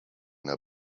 now